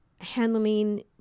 handling